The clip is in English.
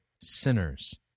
sinners